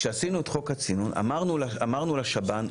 כשעשינו את חוק הצינון אמרנו לשב"ן,